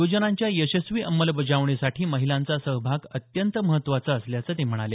योजनांच्या यशस्वी अंमलबजावणीसाठी महिलांचा सहभाग अत्यंत महत्वाचा असल्याचं ते म्हणाले